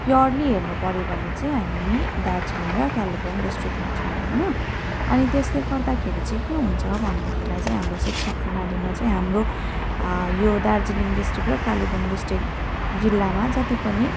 purely हेर्नुपऱ्यो भने चाहिँ हामी दार्जिलिङ र कालेबुङ डिस्ट्रिक्टमा छौँ होइन अनि त्यसले गर्दाखेरि चाहिँ के हुन्छ भनेदेखिलाई चाहिँ हाम्रो शिक्षा प्रणालीमा चाहिँ हाम्रो यो दार्जिलिङ डिस्ट्रिक्ट र कालेबुङ डिस्ट्रिक्ट जिल्लामा जति पनि